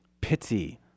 pity